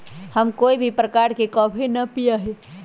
हम कोई भी प्रकार के कॉफी ना पीया ही